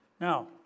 Now